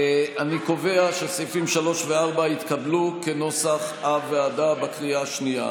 אני קובע שסעיפים 3 ו-4 התקבלו כנוסח הוועדה בקריאה השנייה.